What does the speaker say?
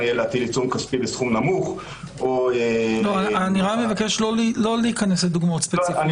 להטיל עיצום כספי בסכום נמוך- - אבקש לא להיכנס לדוגמאות ספציפיות.